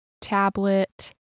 tablet